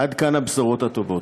עד כאן הבשורות הטובות.